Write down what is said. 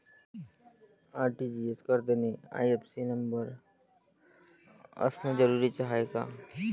RTGS करतांनी IFSC न number असनं जरुरीच हाय का?